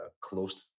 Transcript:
closed